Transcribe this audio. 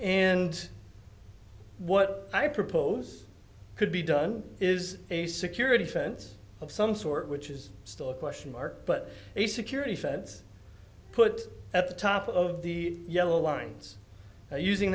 and what i propose could be done is a security fence of some sort which is still a question mark but a security fence put at the top of the yellow lines now using